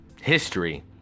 history